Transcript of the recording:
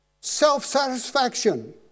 self-satisfaction